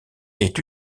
est